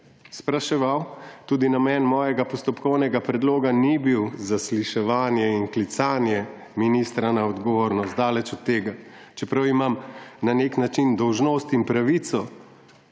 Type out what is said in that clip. spraševal. Tudi namen mojega postopkovnega predloga ni bil zasliševanje in klicanje ministra na odgovornost, daleč od tega, čeprav imam na nek način dolžnost in pravico,